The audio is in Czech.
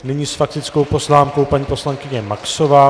Nyní s faktickou poznámkou paní poslankyně Maxová.